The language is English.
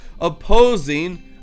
opposing